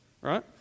Right